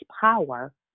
power